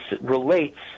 relates